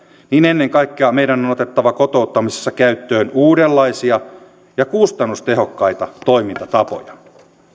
niin ennen kaikkea meidän on on otettava kotouttamisessa käyttöön uudenlaisia ja kustannustehokkaita toimintatapoja